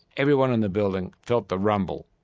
everyone in the building felt the rumble.